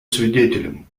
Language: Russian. свидетелем